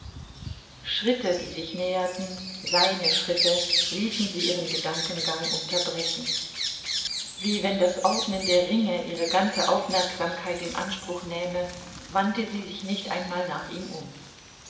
schritte die sich näherten seine schritte ließen sie ihren gedankengang unterbrechen wie wenn das ordnen der ringe ihre ganze aufmerksamkeit in anspruch nähme wandte sie sich nicht einmal nach ihm um